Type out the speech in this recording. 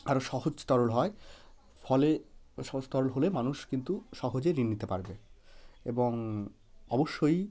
আরও সহজতরল হয় ফলে সহজতরল হলে মানুষ কিন্তু সহজে ঋণ নিতে পারবে এবং অবশ্যই